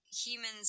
humans